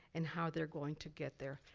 and how they're going to get there.